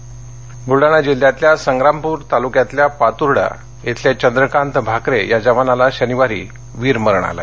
जवान शहीद बलडाणा ब्लडाणा जिल्हयातल्या संग्रामपूर तालुक्यातल्या पातूर्डा इथल्या चंद्रकांत भाकरे या जवानाला शनिवारी वीरमरण आलं